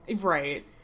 Right